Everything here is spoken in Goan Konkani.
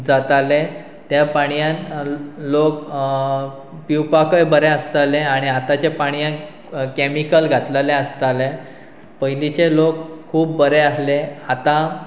जाताले त्या पाणयन लोक पिवपाकय बरें आसताले आनी आतांच्या पाणयान कॅमिकल घातलेलें आसताले पयलींचे लोक खूब बरें आसले आतां